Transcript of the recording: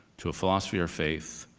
to a philosophy or faith,